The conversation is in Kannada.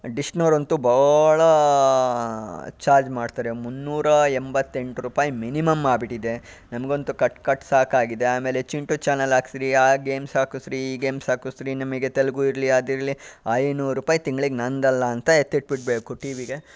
ಡಿಶ್ನವರಂತೂ ಬಹಳ ಚಾರ್ಜ್ ಮಾಡ್ತಾರೆ ಮುನ್ನೂರಾ ಎಂಬತ್ತೆಂಟು ರೂಪಾಯಿ ಮಿನಿಮಮ್ ಆಗ್ಬಿಟ್ಟಿದೆ ನನಗಂತೂ ಕಟ್ಕಟ್ಟಿ ಸಾಕಾಗಿದೆ ಆಮೇಲೆ ಚಿಂಟು ಚಾನೆಲ್ ಹಾಕಿಸ್ರಿ ಆ ಗೇಮ್ಸ್ ಹಾಕಿಸ್ರಿ ಈ ಗೇಮ್ಸ್ ಹಾಕಿಸ್ರಿ ನಿಮಗೆ ತೆಲುಗು ಇರಲಿ ಅದಿರಲಿ ಐನೂರು ರೂಪಾಯಿ ತಿಂಗಳಿಗೆ ನನ್ನದಲ್ಲ ಅಂತ ಎತ್ತಿಟ್ಬಿಡಬೇಕು ಟಿ ವಿಗೆ